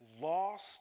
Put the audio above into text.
lost